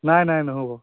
নাই নাই নহ'ব